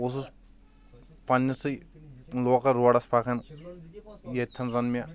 بہٕ اوسُس پَننِسے لوکَل روڈَس پَکان ییٚتٮ۪ن زَن مے